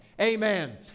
amen